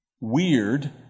weird